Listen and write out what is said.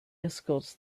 escorts